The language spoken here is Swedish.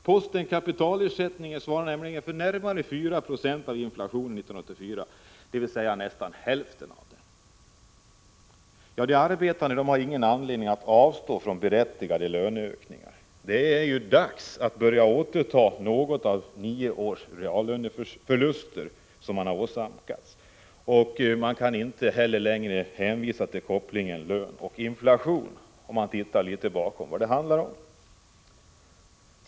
Posten kapitalersättningar svarar nämligen för närmare 4 96, dvs. nästan hälften, av inflationen 1984. De arbetande har ingen anledning att avstå från berättigade löneökningar. Det är ju dags att börja återta något av nio års reallöneförluster. Man kan inte heller längre hänvisa till kopplingen mellan lön och inflation, om man tittar litet närmare på vad det handlar om.